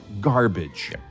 garbage